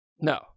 No